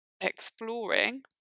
exploring